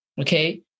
Okay